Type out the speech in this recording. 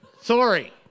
Sorry